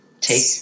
Take